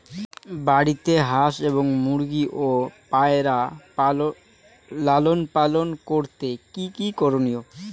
বাড়িতে হাঁস এবং মুরগি ও পায়রা লালন পালন করতে কী কী করণীয়?